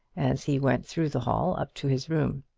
as he went through the hall up to his room.